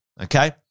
Okay